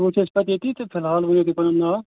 کٲم چھِ اَسہِ پتہٕ ییٚتی تہٕ فِلحال ؤنِو تُہۍ پَنُن ناو